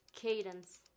Cadence